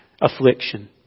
Affliction